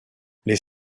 les